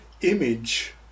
image